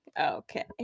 Okay